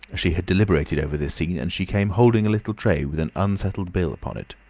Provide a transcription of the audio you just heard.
she had deliberated over this scene, and she came holding a little tray with an unsettled bill upon it.